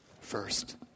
first